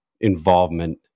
involvement